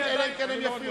אלא אם כן הם יפריעו לך.